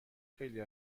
خیلی